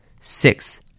Six